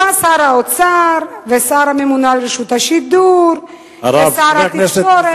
הנה באים שר האוצר והשר הממונה על רשות השידור ושר התקשורת,